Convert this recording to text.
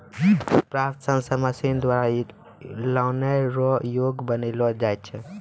प्राप्त सन से मशीन द्वारा उपयोग लानै रो योग्य बनालो जाय छै